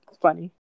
funny